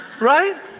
Right